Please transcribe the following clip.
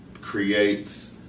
Creates